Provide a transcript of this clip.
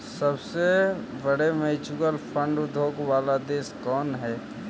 सबसे बड़े mutual fund उद्योग वाला देश कौन हई